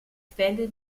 quelle